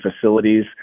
facilities